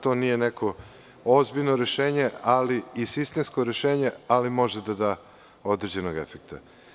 To nije neko ozbiljno rešenje i sistemsko rešenje, ali može da da određenog efekta.